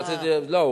לא.